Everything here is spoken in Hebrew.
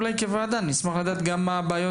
אולי אנחנו כוועדה נשמח לדעת מה הן הבעיות